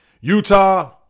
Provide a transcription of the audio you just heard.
Utah